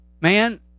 Man